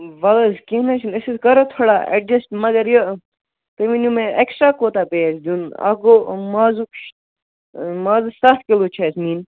وَلہٕ حظ کیٚنٛہہ نہٕ حظ چھُنہٕ أسۍ حظ کَرو تھوڑا اٮ۪ڈجٮ۪سٹ مگر یہِ تُہۍ ؤنِو مےٚ اٮ۪کٕسٹرٛا کوٗتاہ پیٚیہِ اَسہِ دیُن اَکھ گوٚو مازُک مازٕکۍ سَتھ کِلوٗ چھِ اَسہِ نِنۍ